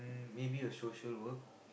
maybe a social work